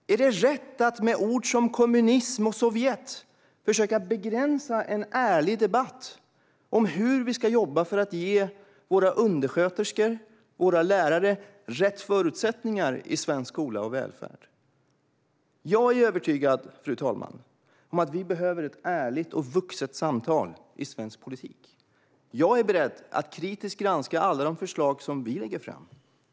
Är det rätt att med ord som "kommunism" och "Sovjet" försöka begränsa en ärlig debatt om hur vi ska jobba för att ge våra undersköterskor och lärare rätt förutsättningar i svensk skola och välfärd? Fru talman! Jag är övertygad om att vi behöver ett ärligt och vuxet samtal i svensk politik. Jag är beredd att kritiskt granska alla de förslag som vi lägger fram.